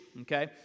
Okay